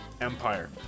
empire